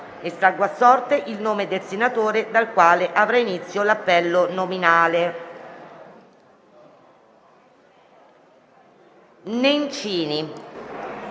Estraggo ora a sorte il nome del senatore dal quale avrà inizio l'appello nominale. *(È